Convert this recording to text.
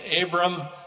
Abram